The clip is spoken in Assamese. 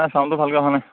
নাই চাউণ্ডটো ভালকৈ হয়নে